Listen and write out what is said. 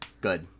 good